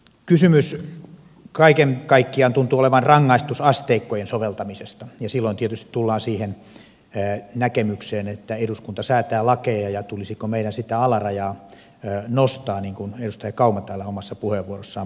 kysymys kaiken kaikkiaan tuntuu olevan rangaistusasteikkojen soveltamisesta ja silloin tietysti tullaan siihen näkemykseen että eduskunta säätää lakeja ja tulisiko meidän sitä alarajaa nostaa niin kuin edustaja kauma täällä omassa puheenvuorossaan pohti